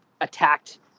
attacked